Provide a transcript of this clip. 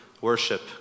worship